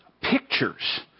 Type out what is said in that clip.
pictures